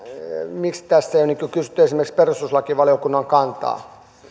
miksi tässä ei ole kysytty esimerkiksi perustuslakivaliokunnan kantaa